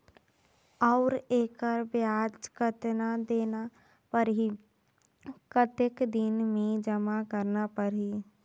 और एकर ब्याज कतना देना परही कतेक दिन मे जमा करना परही??